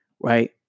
right